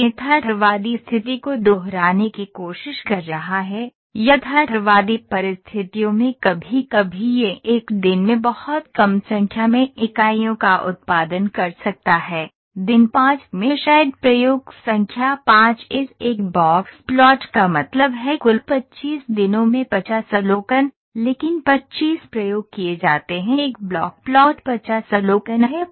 यह यथार्थवादी स्थिति को दोहराने की कोशिश कर रहा है यथार्थवादी परिस्थितियों में कभी कभी यह एक दिन में बहुत कम संख्या में इकाइयों का उत्पादन कर सकता है दिन 5 में शायद प्रयोग संख्या 5 इस एक बॉक्स प्लॉट का मतलब है कुल 25 दिनों में 50 अवलोकन लेकिन 25 प्रयोग किए जाते हैं एक ब्लॉक प्लॉट 50 अवलोकन है